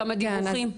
כמה דיווחים?